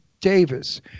Davis